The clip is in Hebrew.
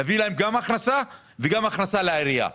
נביא גם להם וגם לעירייה הכנסה.